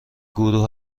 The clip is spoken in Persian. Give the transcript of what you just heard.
گروه